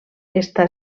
està